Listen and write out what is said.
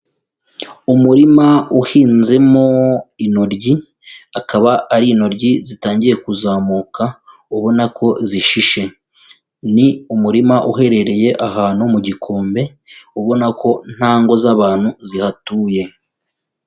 Umurima uhinzemo intoryi, akaba ari intoryi zitangiye kuzamuka ubona ko zishishe. Ni umurima uherereye ahantu mu gikombe ubona ko nta ngo z'abantu zihatuye.